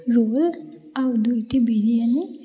roll ଆଉ ଦୁଇଟି ବିରିୟାନୀ